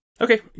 Okay